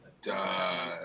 duh